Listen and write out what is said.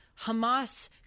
Hamas